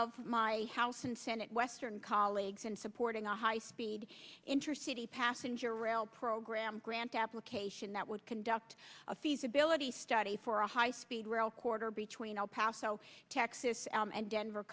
of my house and senate western colleagues in supporting a high speed interest city passenger rail program grant application that would conduct a feasibility study for a high speed rail corridor between el paso texas and denver